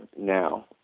now